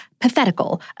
pathetical